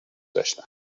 داشتم